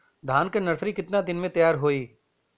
धान के नर्सरी कितना दिन में तैयार होई?